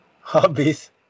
hobbies